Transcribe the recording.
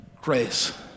Grace